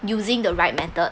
using the right method